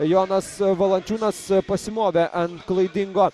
jonas valančiūnas pasimovė ant klaidingo